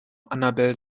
annabel